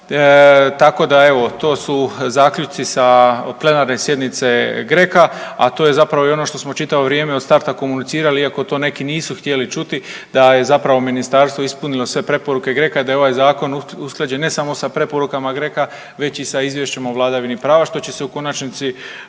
tako da evo, to su zaključci sa plenarne sjednice GRECO-a, a to je zapravo i ono što smo čitavo vrijeme od starta komunicirali iako to neki nisu htjeli čuti, da je zapravo ministarstvo ispunilo sve preporuke GRECO-a i da je ovaj zakon usklađen ne samo sa preporukama GRECO-a već i sa izvješćem o vladavini prava što će se u konačnici